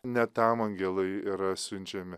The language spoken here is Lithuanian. ne tam angelai yra siunčiami